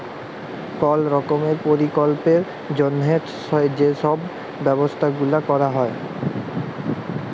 call রকমের পরকল্পের জ্যনহে যে ছব ব্যবছা গুলাল ক্যরা হ্যয়